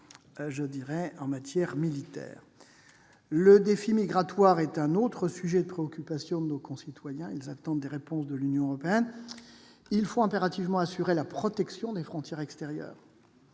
est essentielle. Le défi migratoire est un autre sujet de préoccupation de nos concitoyens. Ils attendent des réponses de l'Union européenne. Il faut impérativement assurer la protection des frontières extérieures.